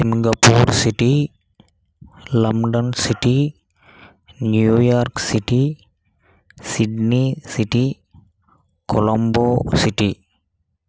Singapore city London city New York city Sydney city Colombo city